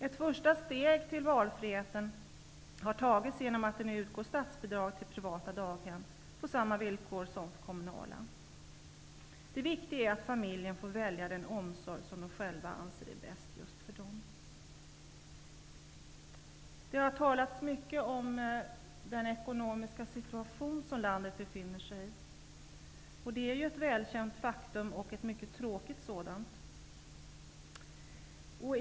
Ett första steg mot valfriheten har tagits genom att det nu utgår statsbidrag till privata daghem på samma villkor som till kommunala. Det viktiga är att familjerna får välja den omsorg som de anser är bäst just för dem. Det har talats mycket om den ekonomiska situation som landet befinner sig i. Den är ju ett välkänt och mycket tråkigt faktum.